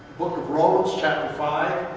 book of romans, chapter five,